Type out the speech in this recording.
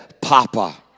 papa